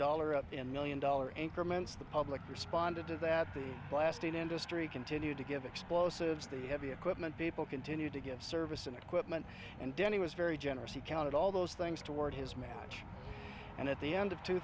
dollar up in million dollar increments the public responded to that the blasting industry continued to give explosives the heavy equipment people continue to give service and equipment and danny was very generous he counted all those things toward his match and at the end of two